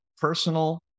personal